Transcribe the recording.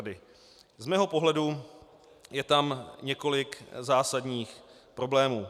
Z mého pohledu je tam několik zásadních problémů.